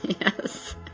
Yes